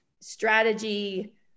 strategy